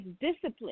discipline